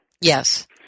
Yes